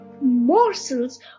morsels